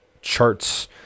charts